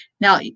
Now